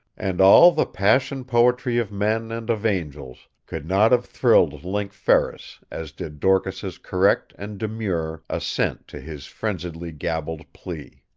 and all the passion poetry of men and of angels could not have thrilled link ferris as did dorcas's correct and demure assent to his frenziedly gabbled plea.